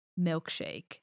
milkshake